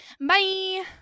bye